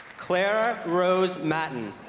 clara rose matton